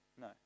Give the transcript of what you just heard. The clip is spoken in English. No